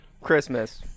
Christmas